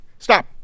Stop